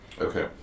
Okay